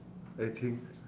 I think